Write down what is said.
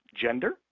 gender